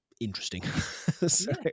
interesting